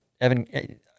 Evan